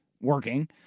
working